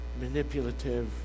manipulative